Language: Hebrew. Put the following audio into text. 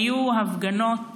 היו הפגנות